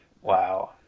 Wow